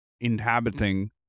inhabiting